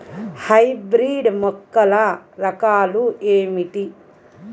Hybrid మొక్కల రకాలు ఏమిటీ?